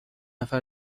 نفر